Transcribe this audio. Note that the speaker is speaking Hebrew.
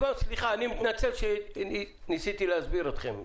סליחה, אני מתנצל שניסיתי להסביר אתכם.